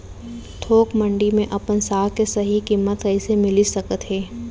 थोक मंडी में अपन साग के सही किम्मत कइसे मिलिस सकत हे?